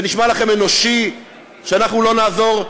זה נשמע לכם אנושי שאנחנו לא נעזור?